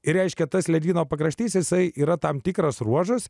ir reiškia tas ledyno pakraštys jisai yra tam tikras ruožas